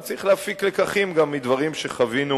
וצריך להפיק לקחים גם מדברים שחווינו